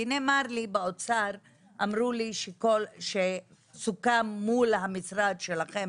כי נאמר לי באוצר שסוכם מול המשרד שלכם